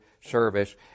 service